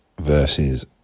versus